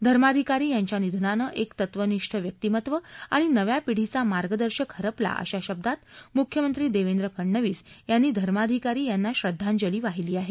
धर्माधिकारी यांच्या निधनानं एक तत्वनिष्ठ व्यक्तीमत्त आणि नव्या पीढीचा मार्गदर्शक हरपला अशा शब्दात मुख्यमंत्री देवेंद्र फडनवीस यांनी धर्माधिकरी यांना श्रद्धांजली वाहिली आहे